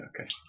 okay